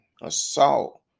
assault